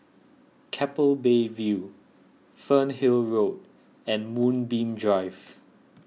Keppel Bay View Fernhill Road and Moonbeam Drive